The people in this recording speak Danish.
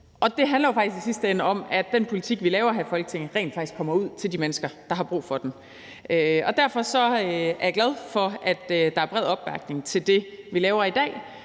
ende om, at den politik, vi laver her i Folketinget, rent faktisk kommer ud til de mennesker, der har brug for den. Derfor er jeg glad for, at der er bred opbakning til det, vi laver i dag.